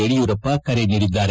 ಯಡಿಯೂರಪ್ಪ ಕರೆ ನೀಡಿದ್ದಾರೆ